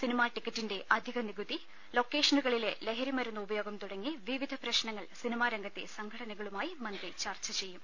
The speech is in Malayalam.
സിനിമാ ടിക്കറ്റിന്റെ് അധിക നികുതി ലൊക്കേ ഷനുകളിലെ ലഹരിമരുന്ന് ഉപ്പയോഗം തുടങ്ങി വിവിധ പ്രശ്ന ങ്ങൾ സിനിമാരംഗത്തെ സംഘടനകളുമായി മന്ത്രി ചർച്ച ചെയ്യും